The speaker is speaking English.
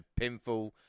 pinfall